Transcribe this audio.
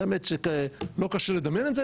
באמת לא קשה לדמיין את זה,